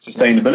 Sustainability